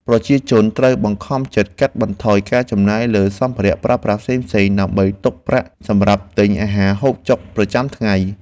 ប្រជាជនត្រូវបង្ខំចិត្តកាត់បន្ថយការចំណាយលើសម្ភារៈប្រើប្រាស់ផ្សេងៗ ដើម្បីទុកប្រាក់សម្រាប់ទិញអាហារហូបចុកប្រចាំថ្ងៃ។